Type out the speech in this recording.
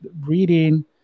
reading